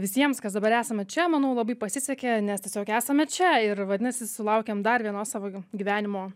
visiems kas dabar esame čia manau labai pasisekė nes tiesiog esame čia ir vadinasi sulaukėm dar vienos savo gyvenimo